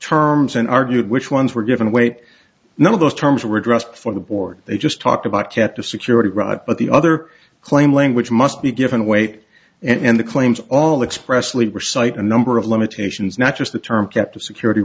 terms and argue which ones were given away none of those terms were dressed for the board they just talked about to get the security right but the other claim language must be given weight and the claims all expressly recite a number of limitations not just the term captive security